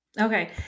Okay